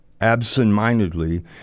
absentmindedly